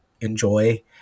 enjoy